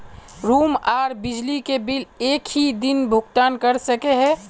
Room आर बिजली के बिल एक हि दिन भुगतान कर सके है?